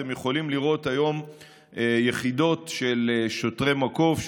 אתם יכולים לראות היום יחידות של שוטרי מקוף,